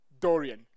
Dorian